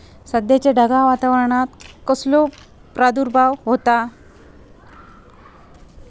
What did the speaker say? सध्याच्या ढगाळ वातावरणान कसल्या रोगाचो प्रादुर्भाव होता?